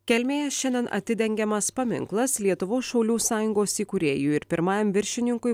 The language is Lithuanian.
kelmėje šiandien atidengiamas paminklas lietuvos šaulių sąjungos įkūrėjui ir pirmajam viršininkui